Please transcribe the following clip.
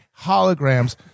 holograms